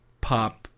pop